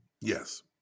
Yes